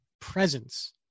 presence